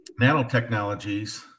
nanotechnologies